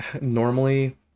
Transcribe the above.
Normally